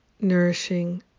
nourishing